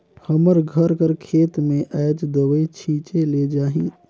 हमर घर कर खेत में आएज दवई छींचे ले जाही